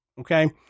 Okay